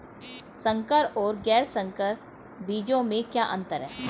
संकर और गैर संकर बीजों में क्या अंतर है?